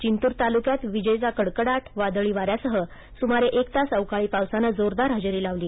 जितुर तालुक्यात विजेच्या कडकडाट वादळी वाऱ्यासह सुमारे एक तास अवकाळी पावसाने जोरदार हजेरी लावली